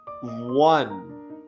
one